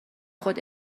خود